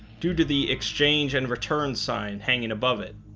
due to the exchange and return sign hanging above it